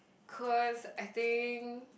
cause I think